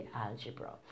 algebra